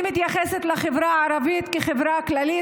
אני מתייחסת לחברה הערבית כחברה כללית,